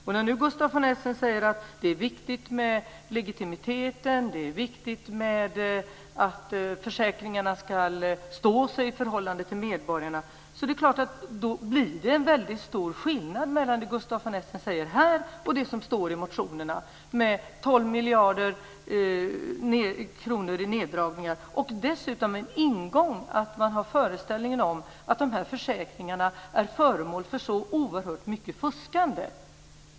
När nu Gustaf von Essen säger att det är viktigt med legitimiteten och att försäkringarna ska stå sig i förhållande till medborgarna blir det förstås en väldigt stor skillnad mellan det han säger här och det som står i motionerna, där det talas om 12 miljarder kronor i neddragningar. Dessutom finns det en ingång till en föreställning om att de här försäkringarna är föremål för så oerhört mycket fuskande.